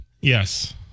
Yes